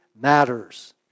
matters